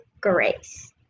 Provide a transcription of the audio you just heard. grace